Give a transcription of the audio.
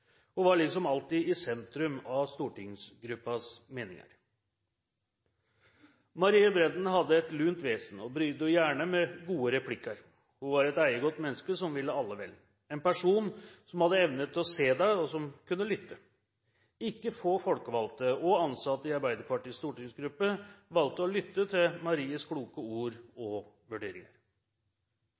Hun var liksom alltid i sentrum av stortingsgruppens meninger. Marie Brenden hadde et lunt vesen og bidro gjerne med gode replikker. Hun var et eiegodt menneske som ville alle vel, en person som hadde evne til å se deg, og som kunne lytte. Ikke få folkevalgte og ansatte i Arbeiderpartiets stortingsgruppe valgte å lytte til Maries kloke ord og vurderinger.